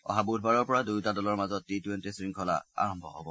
অহা বুধবাৰৰ পৰা দুয়োটা দলৰ মাজত টি টুৱেণ্টি শৃংখলা আৰম্ভ হ'ব